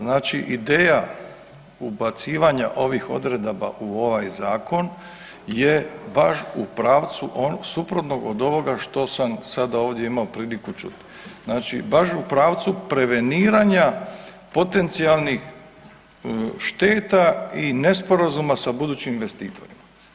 Znači ideja ubacivanja ovih odredaba u ovaj zakon je baš u pravcu suprotno od ovoga što sam sada ovdje imao priliku čuti, znači u pravcu preveniranja potencijalnih šteta i nesporazuma sa budućim investitorima.